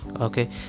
okay